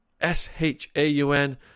S-H-A-U-N